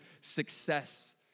success